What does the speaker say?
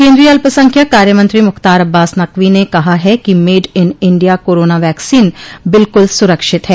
केन्द्रीय अल्पसंख्यक कार्य मंत्री मुख्तार अब्बास नकवी ने कहा है कि made in India corona vaccine बिल्कुल सुरक्षित है